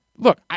Look